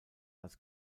als